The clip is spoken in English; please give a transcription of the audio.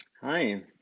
Hi